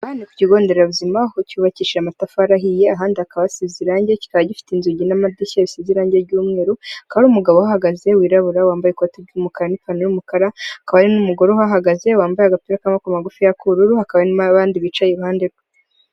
Aha ni ku kigo nderabuzima aho cyubakishije amatafari ahiye, ahandi hakaba hasize irangi, kikaba gifite inzugi n'amadirishya bisize irangi ry'umweru, hakaba hari umugabo uhahagaze wirabura wambaye ikoti ry'umukara, n'ipantaro y'umukara, hakaba hari n'umugore uhagaze wambaye agapira k'amaboko magufiya k'ubururu, hakaba hari n'abandi bicaye iruhande rwe.